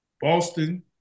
Boston